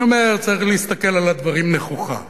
אני אומר צריך להסתכל על הדברים נכוחה,